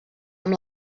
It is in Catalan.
amb